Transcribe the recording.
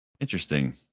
Interesting